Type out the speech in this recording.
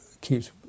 keeps